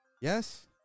Yes